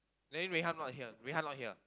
then Wei-Han not here Wei-Han not here